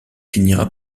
finira